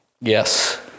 Yes